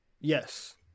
Yes